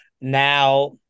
Now